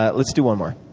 ah let's do one more.